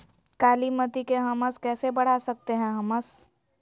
कालीमती में हमस कैसे बढ़ा सकते हैं हमस?